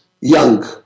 young